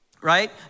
right